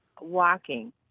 walking